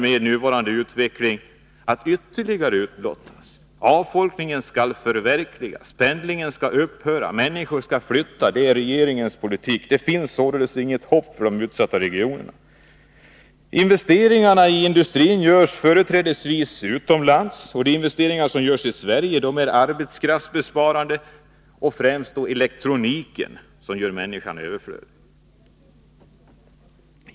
Med nuvarande utveckling kommer fler regioner att bli utblottade. Avfolkningen skall förverkligas, pendlingen upphöra och människor flytta — det är regeringens politik. Det finns således inget hopp för de utsatta regionerna. Investeringarna i industrin görs företrädesvis utomlands. De investeringar som görs i Sverige är arbetskraftsbesparande. Det gäller främst satsningarna på elektroniken, som gör människan överflödig.